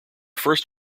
first